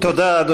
תודה.